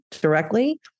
directly